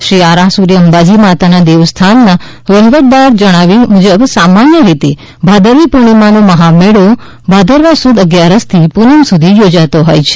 શ્રી આરાસુરી અંબાજી માતાના દેવસ્થાનના વહીવટદારના જણાવ્યા મુજબ સામાન્ય રીતે ભાદરવી પૂર્ણિમાનો મહામેળો ભાદરવા સુદ અગ્યારશથી પૂનમ સુધી યોજાતો હોય છે